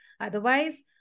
otherwise